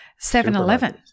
7-Eleven